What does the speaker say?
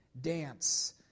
dance